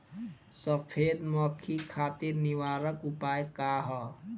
सफेद मक्खी खातिर निवारक उपाय का ह?